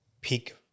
peak